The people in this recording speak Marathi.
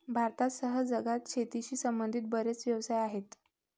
भारतासह जगात शेतीशी संबंधित बरेच व्यवसाय आहेत